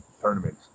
tournaments